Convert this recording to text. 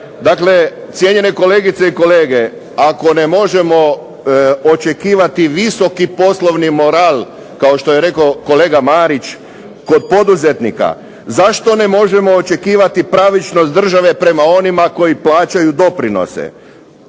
Dakle, cijenjene kolegice i kolege ako ne možemo očekivati visoki poslovni moral kao što je rekao kolega Marić kod poduzetnika, zašto ne možemo očekivati pravičnost države prema onima koji plaćaju doprinose.